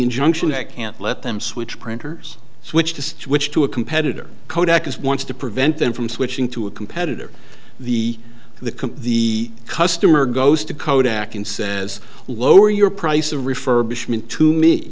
injunction can't let them switch printers switched to switch to a competitor kodak is wants to prevent them from switching to a competitor the the the customer goes to kodak and says lower your price of refurbishment to me